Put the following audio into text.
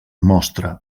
mostra